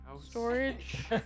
storage